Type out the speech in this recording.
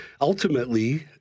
ultimately